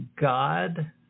God